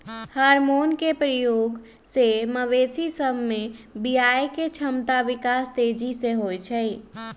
hormone के प्रयोग से मवेशी सभ में बियायके क्षमता विकास तेजी से होइ छइ